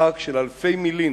מרחק של אלפי מילין